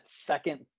second